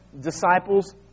disciples